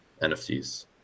NFTs